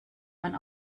man